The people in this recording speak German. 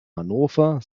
hannover